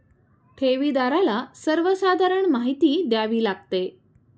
ठेवीदाराला सर्वसाधारण माहिती द्यावी लागते